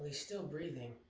still breathing.